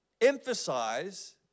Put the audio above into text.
emphasize